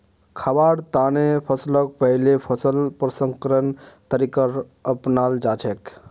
खाबार तने फसलक पहिले फसल प्रसंस्करण तरीका अपनाल जाछेक